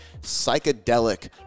psychedelic